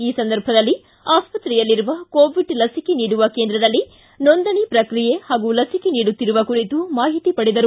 ಈ ಸಂದರ್ಭದಲ್ಲಿ ಆಸ್ಪತ್ರೆಯಲ್ಲಿರುವ ಕೋವಿಡ್ ಲಸಿಕೆ ನೀಡುವ ಕೇಂದ್ರದಲ್ಲಿ ನೊಂದಣಿ ಪ್ರಕ್ರಿಯೆ ಹಾಗೂ ಲಸಿಕೆ ನೀಡುತ್ತಿರುವ ಕುರಿತು ಮಾಹಿತಿ ಪಡೆದರು